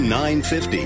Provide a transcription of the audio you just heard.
950